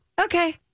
Okay